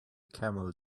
camel